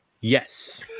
Yes